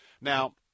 Now